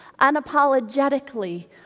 unapologetically